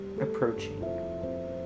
approaching